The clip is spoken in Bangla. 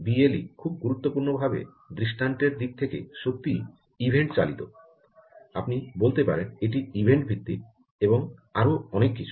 বিএলই খুব গুরুত্বপূর্ণভাবে দৃষ্টান্তের দিক থেকে সত্যই ইভেন্ট চালিত আপনি বলতে পারেন এটি ইভেন্ট ভিত্তিক এবং আরও অনেক কিছু